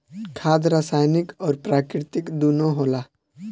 खाद रासायनिक अउर प्राकृतिक दूनो होला